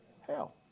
Hell